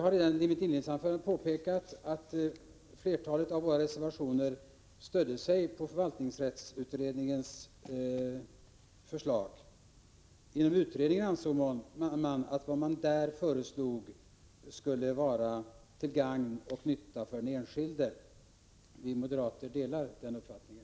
Redan i mitt inledningsanförande påpekade jag att flertalet av våra reservationer stöder sig på förvaltningsrättsutredningens förslag. Inom utredningen ansåg man att vad man där föreslog skulle vara till gagn och nytta för den enskilde. Vi moderater delar den uppfattningen.